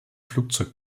flugzeug